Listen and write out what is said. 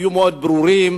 תהיו מאוד ברורים.